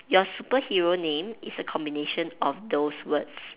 your superhero name is a combination of those words